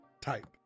Type